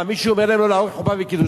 מה, מישהו אומר להם לא לערוך חופה וקידושים?